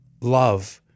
love